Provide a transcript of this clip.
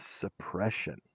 suppression